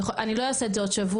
אני לא אעשה את זה עוד שבוע,